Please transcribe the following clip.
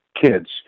kids